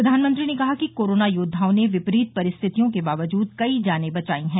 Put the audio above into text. प्रधानमंत्री ने कहा कि कोरोना योद्वाओं ने विपरीत परिस्थितियों के बावजूद कई जानें बचाई हैं